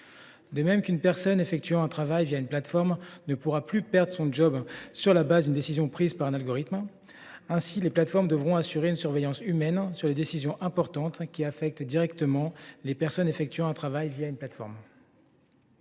De même, une personne effectuant un travail une plateforme ne pourra plus perdre son sur la base d’une décision prise par un algorithme. Ainsi, les plateformes devront assurer une surveillance humaine des décisions importantes, celles qui affectent directement les personnes effectuant un travail une plateforme.